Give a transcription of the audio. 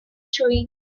showing